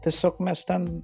tiesiog mes ten